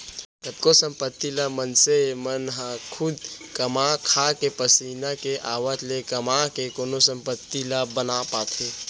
कतको संपत्ति ल मनसे मन ह खुद कमा खाके पसीना के आवत ले कमा के कोनो संपत्ति ला बना पाथे